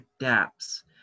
adapts